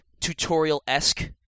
tutorial-esque